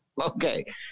okay